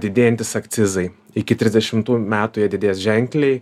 didėjantys akcizai iki trisdešimtų metų jie didės ženkliai